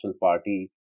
Party